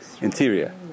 interior